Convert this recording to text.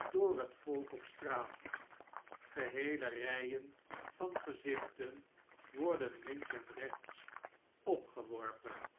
door het volk op straat geheele rgen van gezichten worden links en rechts opgeworpen